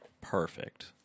perfect